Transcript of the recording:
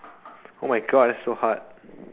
oh my god that's so hard